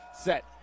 Set